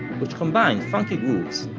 which combined funky grooves,